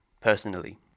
personally